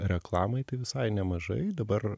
reklamai tai visai nemažai dabar